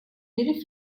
beri